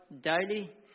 daily